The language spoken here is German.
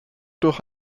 durch